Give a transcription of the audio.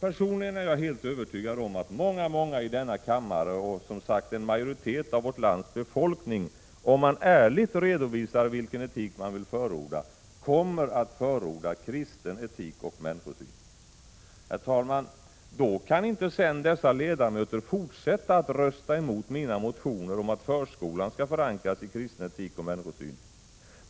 Personligen är jag helt övertygad om att många i denna kammare och, som sagt, en majoritet av vårt lands befolkning, om de ärligt redovisar vilken etik de vill förorda, kommer att förorda kristen etik och människosyn. Då kan inte dessa ledamöter fortsätta att rösta emot mina motioner om att förskolan skall förankras i kristen etik och människosyn.